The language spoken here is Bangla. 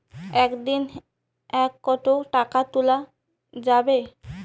একদিন এ কতো টাকা তুলা যাবে?